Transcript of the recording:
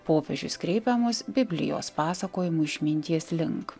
popiežius kreipiamos biblijos pasakojimu išminties link